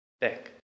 back